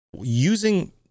using